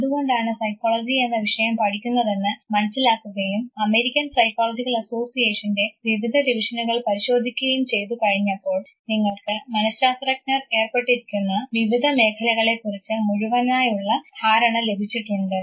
എന്തുകൊണ്ടാണ് സൈക്കോളജി എന്ന വിഷയം പഠിക്കുന്നതെന്ന് മനസ്സിലാക്കുകയും അമേരിക്കൻ സൈക്കോളജിക്കൽ അസോസിയേഷൻറെ വിവിധ ഡിവിഷനുകൾ പരിശോധിക്കുകയും ചെയ്തു കഴിഞ്ഞപ്പോൾ നിങ്ങൾക്ക് മനഃശാസ്ത്രജ്ഞർ ഏർപ്പെട്ടിരിക്കുന്ന വിവിധ മേഖലകളെക്കുറിച്ച് മുഴുവനായുള്ള ധാരണ ലഭിച്ചിട്ടുണ്ട്